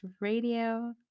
Radio